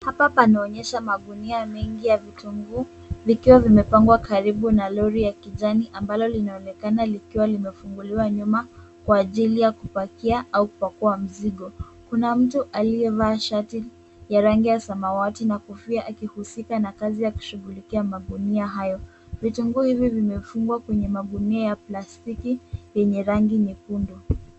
Hapa panaonyesha magunia mengi ya vitunguu, vikiwa vimepangwa karibu na lori ya kijani ambalo linaonekana likiwa limefunguliwa nyuma kwa ajili ya kupakia au kupakua mzigo. Kuna mtu aliyevaa shati ya rangi ya samawati na kofia akihusika na kazi ya kushughulikia magunia hayo. Vitunguu hivi vimefungwa kwenye magunia ya plastiki yenye rangi nyekundu.